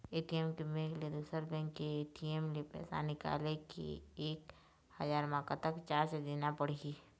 ATM के bank ले दुसर बैंक के ए.टी.एम ले पैसा निकाले ले एक हजार मा कतक चार्ज देना पड़ही?